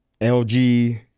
LG